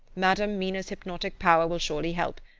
madam mina's hypnotic power will surely help,